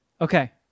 Okay